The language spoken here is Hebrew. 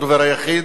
הדובר היחיד,